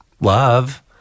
Love